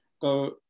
go